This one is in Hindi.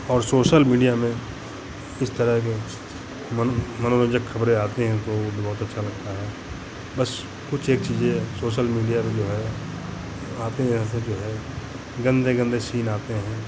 और सोशल मीडिया में इस तरह के मनो मनोरंजक खबरें आती हैं तो वो भी बहुत अच्छा लगता है बस कुछ एक चीज़ें सोशल मीडिया पे जो है आते यहाँ से जो है गंदे गंदे सीन आते हैं